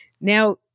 Now